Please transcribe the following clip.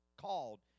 called